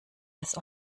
des